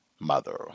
Mother